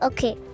Okay